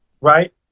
Right